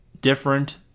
different